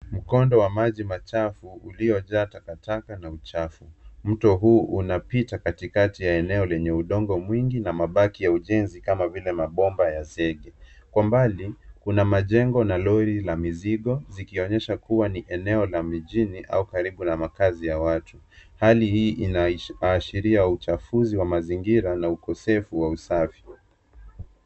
Mkondo wa maji machafu uliojaa takataka na uchafu. Mto huu unapita katikati ya eneo lenye udongo mwingi na mabati ya ujenzi kama vile mabomba ya zege. Kwa mbali, kuna majengo na lori la mizigo likionyesha kuwa eneo la mijini au karibu na makazi ya watu, hali hii inaashiria uchafuzi wa mazingira na ukosefu wa usafi.